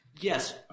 Yes